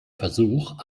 versuch